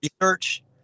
research